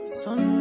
sun